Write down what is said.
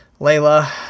Layla